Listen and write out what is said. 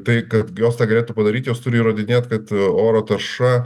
tai kad jos tą galėtų padaryt jos turi įrodinėt kad oro tarša